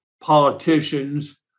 politicians